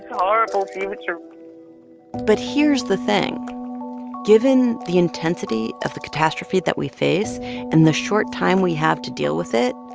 horrible future but here's the thing given the intensity of the catastrophe that we face and the short time we have to deal with it,